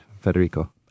Federico